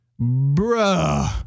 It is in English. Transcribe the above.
Bruh